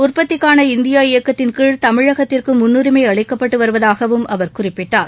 உற்பத்திக்கான இந்தியா இயக்கத்தின் கீழ் தமிழகத்திற்கு முன்னுரிமை அளிக்கப்பட்டு வருவதாகவும் அவர் குறிப்பிட்டார்